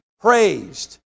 praised